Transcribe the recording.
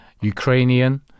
ukrainian